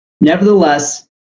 Nevertheless